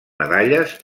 medalles